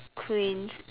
cranes